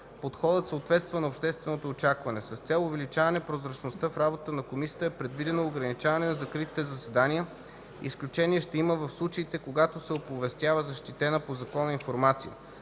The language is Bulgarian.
Подходът съответства на общественото очакване. С цел увеличаване прозрачността в работата на Комисията е предвидено ограничаване на закритите заседания, изключение ще има в случаите когато се оповестява защитена по закона информация.